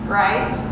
right